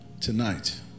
Tonight